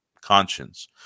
conscience